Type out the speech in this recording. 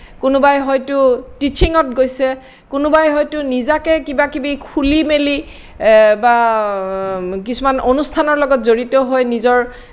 কোনোবাই হয়তো টীচিঙত গৈছে কোনোবাই হয়তো নিজাকে কিবা কিবি খুলি মেলি বা কিছুমান অনুষ্ঠানৰ লগত জড়িত হৈ নিজৰ